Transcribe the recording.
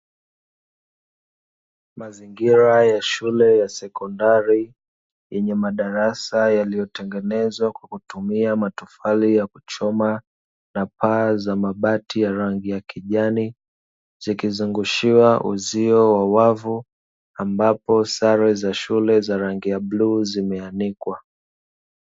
Mazingira ya shule ya sekondari yenye madarasa yaliyotengenezwa kutumia matofali yaliyochomwa na paa za mabati ya rangi ya kijani, zikizungushiwa uzio wa wavu ambapo sare za shule za rangi ya bluu zimeanikwa.